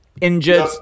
Injured